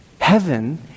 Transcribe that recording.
Heaven